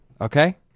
okay